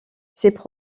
ces